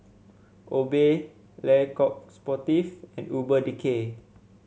Obey Le Coq Sportif and Urban Decay